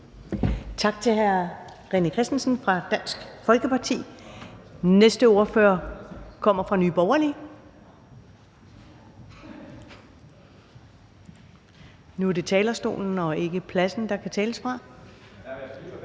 Tak til hr. René Christensen fra Dansk Folkeparti. Næste ordfører kommer fra Nye Borgerlige – så nu er det talerstolen og ikke pladsen, der kan tales fra